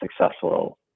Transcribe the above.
successful